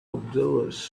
observers